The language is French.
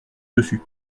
dessus